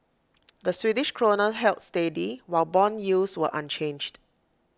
the Swedish Krona held steady while Bond yields were unchanged